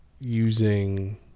using